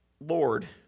Lord